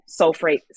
sulfate